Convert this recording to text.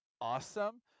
awesome